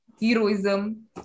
heroism